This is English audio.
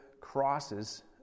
crosses